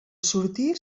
sortir